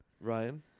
Ryan